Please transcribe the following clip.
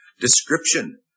description